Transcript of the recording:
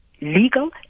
legal